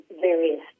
various